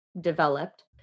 developed